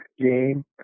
game